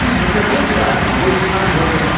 there to think about it and waste time wondering, oh,